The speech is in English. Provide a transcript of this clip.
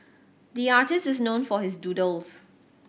the artist is known for his doodles